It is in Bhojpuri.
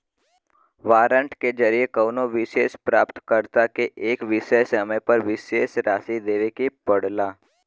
वारंट के जरिये कउनो विशेष प्राप्तकर्ता के एक विशेष समय पर विशेष राशि देवे के पड़ला